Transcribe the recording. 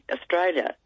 Australia